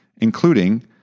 including